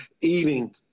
eating